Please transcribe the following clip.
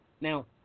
Now